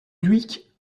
dhuicq